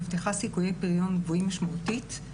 מבטיחה סיכויי פריון גבוהים משמעותית,